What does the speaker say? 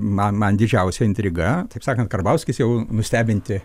ma man didžiausia intriga taip sakant karbauskis jau nustebinti